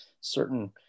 certain